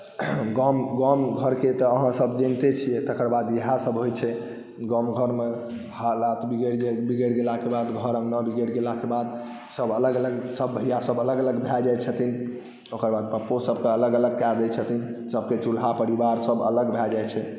गाम घरके तऽ अहाँसभ जनिते छियै तकर बाद इएहसभ होइत छै गाम घरमे हालात बिगड़ि गेलाके बाद घर अङ्गना बिगड़ि गेलाके बाद सभ अलग अलग सभ भैआसभ अलग अलग भए जाइत छथिन ओकर बाद पप्पो सभकेँ अलग अलग कए दैत छथिन सभके चुल्हा परिवारसभ अलग भए जाइत छै